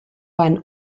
van